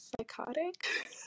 psychotic